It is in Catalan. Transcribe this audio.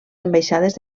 ambaixades